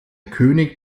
könig